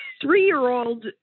three-year-old